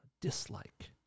Dislike